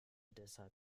deshalb